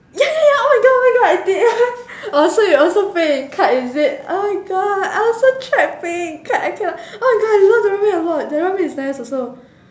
ya ya ya oh my god oh my god it did I was so it was so pain you cut is it oh my god I also tried paying cut I cannot oh my god I love the ramen a lot the ramen is nice also